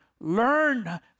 Learn